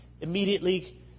immediately